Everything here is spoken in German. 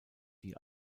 die